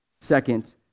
second